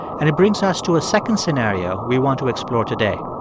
and it brings us to a second scenario we want to explore today.